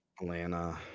Atlanta